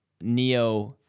Neo